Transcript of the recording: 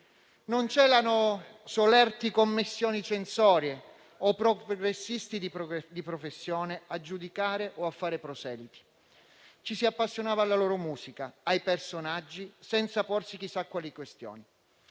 Non c'erano solerti commissioni censorie o progressisti di professione a giudicare o a fare proseliti. Ci si appassionava alla loro musica, ai personaggi, senza porsi chissà quali questioni.